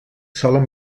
solen